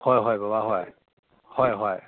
ꯍꯣꯏ ꯍꯣꯏ ꯕꯕꯥ ꯍꯣꯏ ꯍꯣꯏꯍꯣꯏ